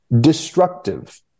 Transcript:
destructive